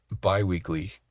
bi-weekly